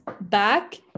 back